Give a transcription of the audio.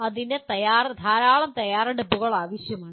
അതിന് ധാരാളം തയ്യാറെടുപ്പുകൾ ആവശ്യമാണ്